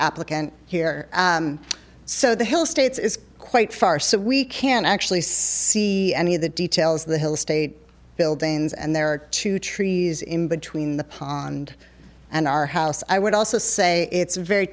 applicant here so the hill states is quite far so we can actually see see any of the details of the hill state buildings and there are two trees in between the pond and our house i would also say it's very